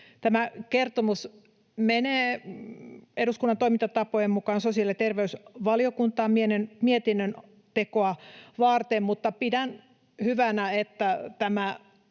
Tämä kertomus menee eduskunnan toimintatapojen mukaan sosiaali- ja terveysvaliokuntaan mietinnön tekoa varten, mutta pidän hyvänä, että tämä